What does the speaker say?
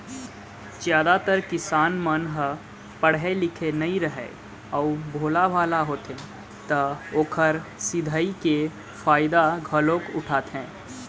जादातर किसान मन ह पड़हे लिखे नइ राहय अउ भोलाभाला होथे त ओखर सिधई के फायदा घलोक उठाथें